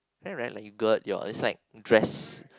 right like you gird your is like dress